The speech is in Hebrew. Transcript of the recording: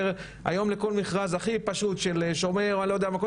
שהיום לכל מכרז הכי פשוט של שומר או לא יודע מה,